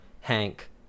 Hank